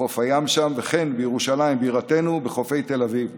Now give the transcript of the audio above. בחוף הים שם, וכן בירושלים בירתנו, בחופי תל אביב